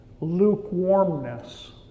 lukewarmness